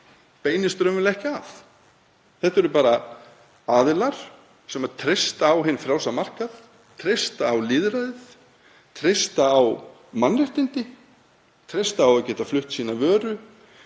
beinast raunverulega ekki að. Þetta eru bara aðilar sem treysta á hinn frjálsa markað, treysta á lýðræðið, treysta á mannréttindi, treysta á að geta flutt sína vöru,